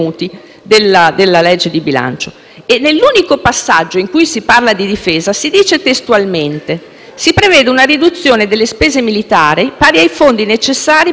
Nell'unico passaggio in cui si parla di Difesa si afferma che si prevede una riduzione delle spese militari pari ai fondi necessari per la riforma dei centri per l'impiego.